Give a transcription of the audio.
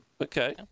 Okay